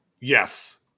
Yes